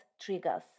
triggers